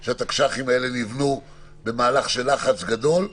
יודעים שהתקש"חים האלה נבנו בזמן של לחץ גדול,